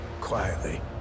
quietly